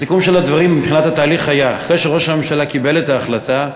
הסיכום של הדברים מבחינת התהליך היה: אחרי שראש הממשלה קיבל את ההחלטה,